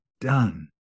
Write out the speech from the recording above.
done